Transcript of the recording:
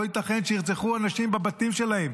לא ייתכן שירצחו אנשים בבתים שלהם.